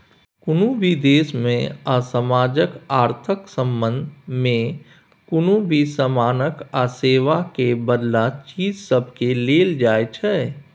कुनु भी देश में आ समाजक अर्थक संबंध में कुनु भी समानक आ सेवा केर बदला चीज सबकेँ लेल जाइ छै